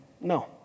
no